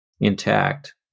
intact